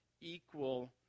equal